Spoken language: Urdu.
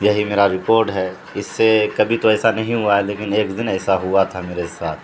یہی میرا رپورٹ ہے اس سے کبھی تو ایسا نہیں ہوا ہے لیکن ایک دن ایسا ہوا تھا میرے ساتھ